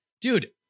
dude